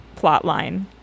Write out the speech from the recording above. plotline